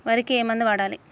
వరికి ఏ మందు వాడాలి?